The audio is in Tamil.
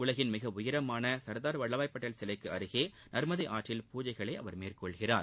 உலகின் மிக உயரமான சர்தார் வல்வாய் பட்டேல் சிலைக்கு அருகே நர்மதை ஆற்றில் பூஜைகளை அவர் மேற்கொள்கிறார்